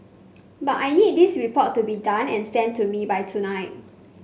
but I need this report to be done and sent to me by tonight